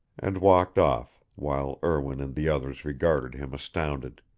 and walked off. while erwin and the others regarded him astounded.